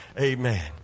Amen